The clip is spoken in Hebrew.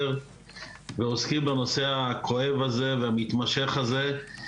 ועוסקים בנושא הכואב הזה והמתמשך הזה.